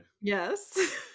Yes